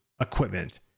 equipment